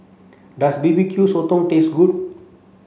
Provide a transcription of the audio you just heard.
Does B B Q Sotong taste good